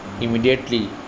immediately